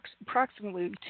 approximately